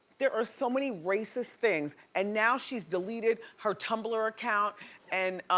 there are so many racist things, and now she's deleted her tumblr account and